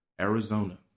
Arizona